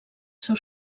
seu